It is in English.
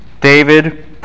David